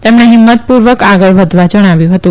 તેમણે હિંમતપુર્વક આગળ વધવા જણાવ્યું હતું